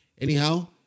Anyhow